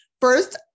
First